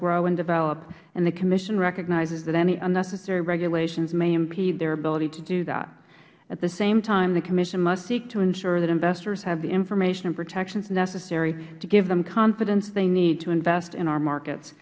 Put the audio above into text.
grow and develop and the commission recognizes that any unnecessary regulation may impede their ability to do that at the same time the commission must seek to ensure that investors have the information and protections necessary to give them confidence they need to invest in our markets